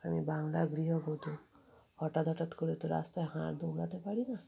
আমি বাংলার গৃহবধু হঠাৎ হঠাৎ করে তো রাস্তায় হাঁট দৌড়াতে পারি না